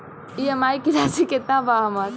EMI की राशि केतना बा हमर?